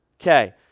okay